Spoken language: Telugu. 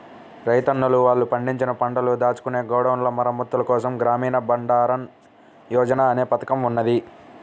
రైతన్నలు వాళ్ళు పండించిన పంటను దాచుకునే గోడౌన్ల మరమ్మత్తుల కోసం గ్రామీణ బండారన్ యోజన అనే పథకం ఉన్నది